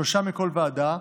שלושה מכל ועדה,